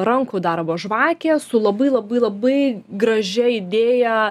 rankų darbo žvakė su labai labai labai gražia idėja